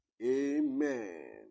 Amen